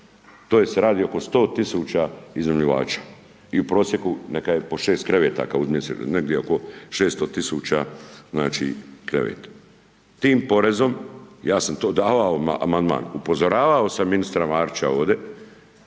To se radi oko 100 tisuća iznajmljivača i u prosjeku neka je po 6 kreveta kao negdje oko 600 tisuća kreveta. Tim porezom ja sam to davao amandman, upozoravao sam ministra Marića ovdje